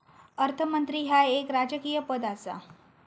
अर्थमंत्री ह्या एक राजकीय पद आसा